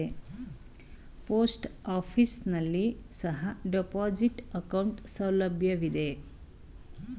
post office ನಲ್ಲಿ ಸಹ deposit account ಸೌಲಭ್ಯವಿದೆ